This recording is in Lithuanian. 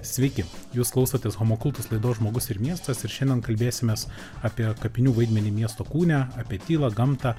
sveiki jūs klausotėshomo kultus laidos žmogus ir miestas ir šiandien kalbėsimės apie kapinių vaidmenį miesto kūne apie tylą gamtą